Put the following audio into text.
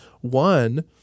One